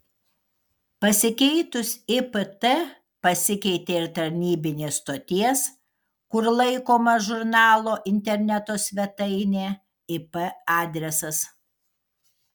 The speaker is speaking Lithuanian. pasikeitus ipt pasikeitė ir tarnybinės stoties kur laikoma žurnalo interneto svetainė ip adresas